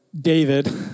David